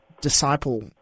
disciple